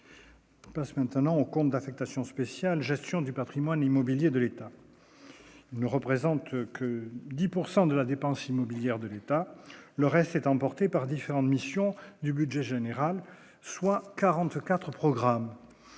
On passe maintenant au compte d'affectation spéciale Gestion du Patrimoine immobilier de l'État ne représente que 10 pourcent de la dépense immobilière de l'État, le reste étant par différentes missions du budget général, soit 44 programme